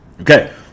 Okay